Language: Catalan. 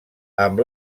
amb